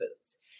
foods